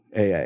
AA